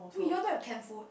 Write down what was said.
wait you all don't have can food